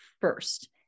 first